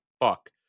fuck